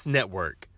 Network